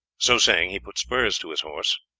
so saying, he put spurs to his horse,